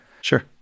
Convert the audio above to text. Sure